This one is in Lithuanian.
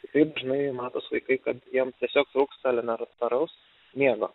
tikrai dažnai matos vaikai kad jiem tiesiog trūksta elementaraus miego